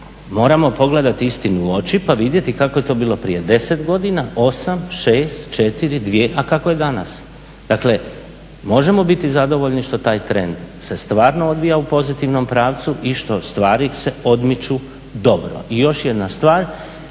moramo pogledati istinu u oči pa vidjeti kako je to bilo prije 10 godina, 8, 6, 4, 2, a kako je danas. Dakle, možemo biti zadovoljni što taj trend se stvarno odvija u pozitivnom pravcu i što stvari se odmiču dobro. I još jedna stvar,